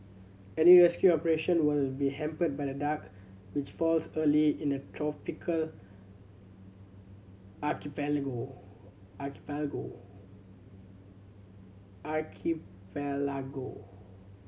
any rescue operation will be hampered by the dark which falls early in the tropical archipelago